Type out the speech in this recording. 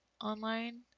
online